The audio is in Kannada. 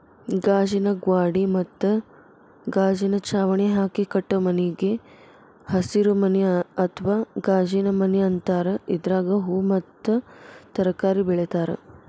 ಗಾಜಿನ ಗ್ವಾಡಿ ಮತ್ತ ಗಾಜಿನ ಚಾವಣಿ ಹಾಕಿ ಕಟ್ಟೋ ಮನಿಗೆ ಹಸಿರುಮನಿ ಅತ್ವಾ ಗಾಜಿನಮನಿ ಅಂತಾರ, ಇದ್ರಾಗ ಹೂವು ಮತ್ತ ತರಕಾರಿ ಬೆಳೇತಾರ